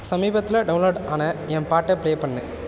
சமீபத்தில் டவுன்லோடு ஆன என் பாட்டை ப்ளே பண்ணு